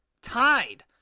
tied